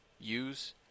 use